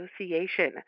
Association